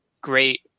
great